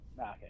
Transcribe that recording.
Okay